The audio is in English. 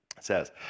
says